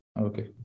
Okay